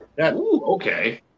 Okay